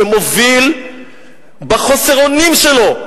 שמוביל בחוסר אונים שלו,